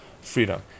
freedom